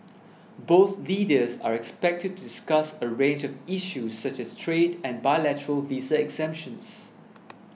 both leaders are expected to discuss a range of issues such as trade and bilateral visa exemptions